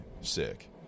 sick